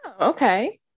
Okay